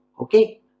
Okay